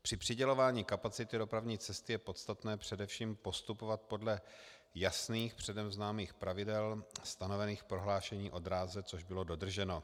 Při přidělování kapacity dopravní cesty je podstatné především postupovat podle jasných předem známých pravidel stanovených v prohlášení o dráze, což bylo dodrženo.